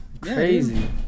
Crazy